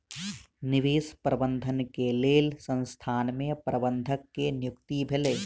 निवेश प्रबंधन के लेल संसथान में प्रबंधक के नियुक्ति भेलै